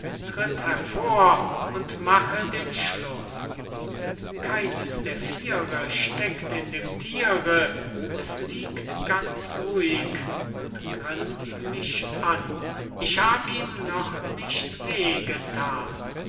tritt hervor und mache den schluß keines der viere steckt in dem thiere es liegt ganz ruhig und grins't mich an ich hab ihm noch nicht